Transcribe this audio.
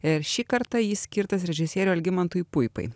ir šį kartą jis skirtas režisieriui algimantui puipai